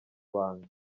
banga